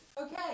Okay